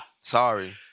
Sorry